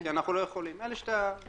כי אנחנו לא יכולים אלה שתי הבעיות.